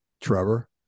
trevor